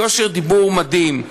כושר דיבור מדהים,